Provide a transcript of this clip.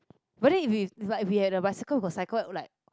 but then if you if we had like a bicycle for cycle like